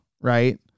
right